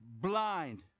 blind